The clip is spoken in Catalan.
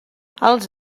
els